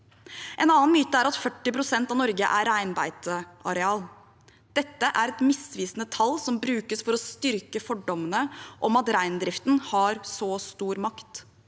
En annen myte er at 40 pst. av Norge er reinbeiteareal. Dette er et misvisende tall som brukes for å styrke fordommene om at reindriften har så stor makt.